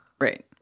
Right